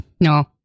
No